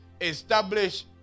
establish